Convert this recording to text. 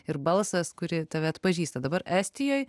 ir balsas kurį tave atpažįsta dabar estijoj